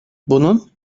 bunun